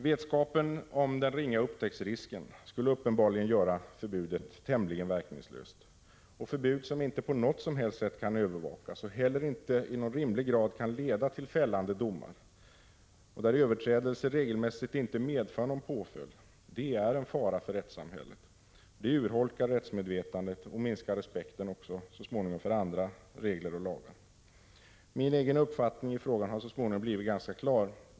Vetskapen om den ringa upptäcktsrisken skulle uppenbarligen göra förbudet tämligen verkningslöst. Förbud som inte på något som helst sätt kan övervakas och inte heller i någon rimlig grad kan leda till fällande domar, och där överträdelser regelmässigt inte medför någon påföljd, är en fara för rättssamhället. De urholkar rättsmedvetandet och minskar respekten så småningom också för andra regler och lagar. Min egen uppfattning i frågan har så småningom blivit ganska klar.